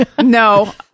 No